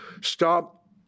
Stop